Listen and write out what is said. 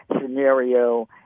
scenario